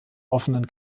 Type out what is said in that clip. offenen